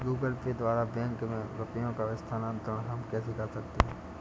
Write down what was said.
Google Pay द्वारा bank में रुपयों का स्थानांतरण हम कैसे कर सकते हैं?